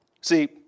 See